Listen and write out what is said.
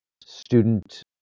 student